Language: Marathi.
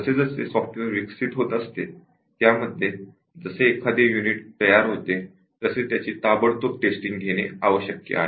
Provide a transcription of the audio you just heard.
जसेजसे सॉफ्टवेअर विकसित होत असते त्यामध्ये जसे एखादे युनिट तयार होते तसे त्याची ताबडतोब घेणे टेस्टिंग आवश्यक आहे